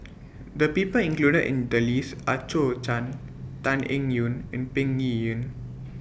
The People included in The list Are Zhou Can Tan Eng Yoon and Peng Yuyun